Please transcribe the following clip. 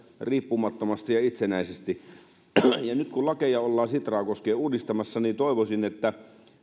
riippumattomasti ja itsenäisesti ja nyt kun lakeja ollaan sitraa koskien uudistamassa niin toivoisin että